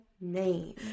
name